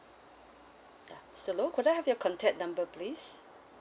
ya mister low so could I have your contact number please